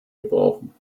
gebrauchen